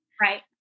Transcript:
right